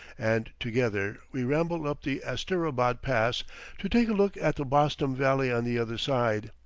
and together we ramble up the asterabad pass to take a look at the bostam valley on the other side.